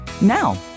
now